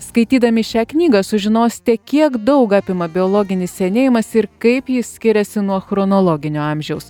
skaitydami šią knygą sužinosite kiek daug apima biologinis senėjimas ir kaip jis skiriasi nuo chronologinio amžiaus